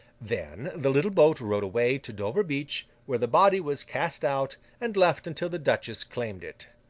then, the little boat rowed away to dover beach, where the body was cast out, and left until the duchess claimed it.